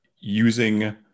using